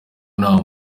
nta